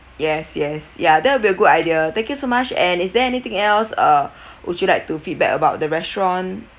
yes yes ya that would be a good idea thank you so much and is there anything else uh would you like to feedback about the restaurant